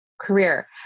career